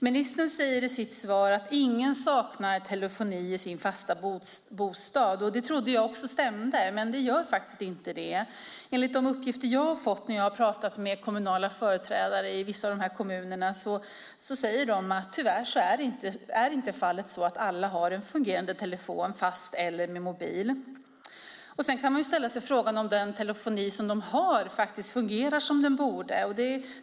Ministern säger i sitt svar att ingen saknar telefoni i sin fasta bostad. Det trodde jag stämde, men det gör det faktiskt inte. Enligt de uppgifter jag har fått när jag har pratat med kommunala företrädare i vissa av de här kommunerna är det tyvärr inte så att alla har en fungerande telefon, fast eller mobil. Sedan kan man sälla sig frågan om den telefoni som de har fungerar som den borde.